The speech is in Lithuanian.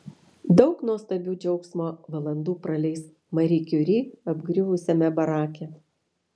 daug nuostabių džiaugsmo valandų praleis mari kiuri apgriuvusiame barake